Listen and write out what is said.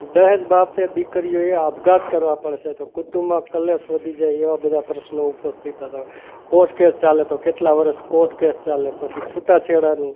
દહેજ બાબતે દીકરીઓએ આપઘાત કરવા પડે છે તો કુટુંબમાં કલેશ વધી જાય એવા બધા પ્રશ્નો ઉપસ્થિત થતાં હોય કોર્ટ કેસ ચાલે તો કેટલાં વર્ષ કોર્ટ કેસ ચાલે પછી છૂટાછેડાનું